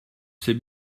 sais